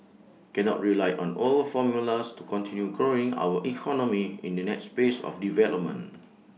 cannot rely on old formulas to continue growing our economy in the next phase of development